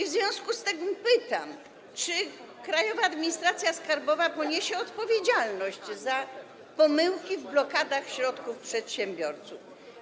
W związku z tym pytam, czy Krajowa Administracja Skarbowa poniesie odpowiedzialność za pomyłki w blokadach środków przedsiębiorców.